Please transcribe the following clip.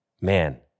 Man